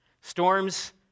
Storms